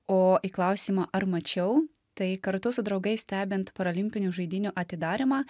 o į klausimą ar mačiau tai kartu su draugais stebint paralimpinių žaidynių atidarymą